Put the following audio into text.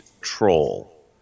troll